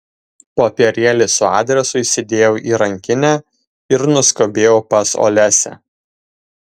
popierėlį su adresu įsidėjau į rankinę ir nuskubėjau pas olesią